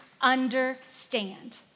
understand